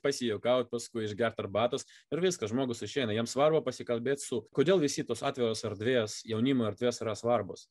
pasijuokaut paskui išgert arbatos ir viskas žmogus išeina jiems svarbu pasikalbėti su kodėl visi tos atviros erdvės jaunimo erdvės yra svarbūs